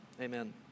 Amen